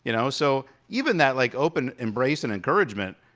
you know so even that like open embrace and encouragement,